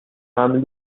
several